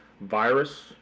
virus